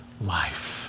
life